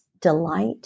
delight